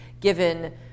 given